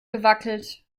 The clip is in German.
gewackelt